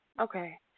Okay